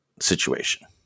situation